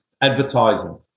advertising